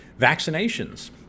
vaccinations